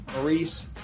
Maurice